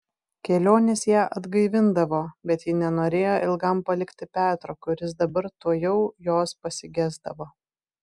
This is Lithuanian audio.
kelionės ją atgaivindavo bet ji nenorėjo ilgam palikti petro kuris dabar tuojau jos pasigesdavo